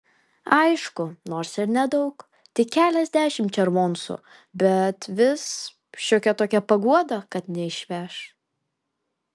aišku nors ir nedaug tik keliasdešimt červoncų bet vis šiokia tokia paguoda kad neišveš